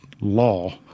law